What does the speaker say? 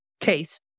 case